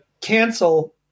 cancel